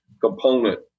component